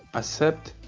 accept